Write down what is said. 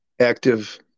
active